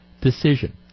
decision